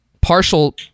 partial